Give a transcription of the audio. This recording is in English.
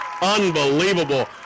Unbelievable